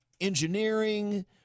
engineering